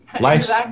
Life's